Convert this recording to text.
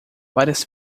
várias